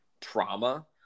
trauma